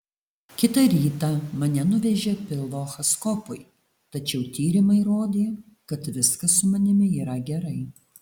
kitą rytą mane nuvežė pilvo echoskopui tačiau tyrimai rodė kad viskas su manimi yra gerai